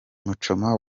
muchoma